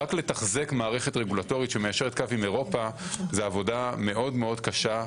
רק לתחזק מערכת רגולטורית שמיישרת קו עם אירופה זה עבודה מאוד מאוד קשה.